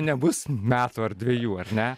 nebus metų ar dvejų ar ne